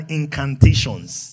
incantations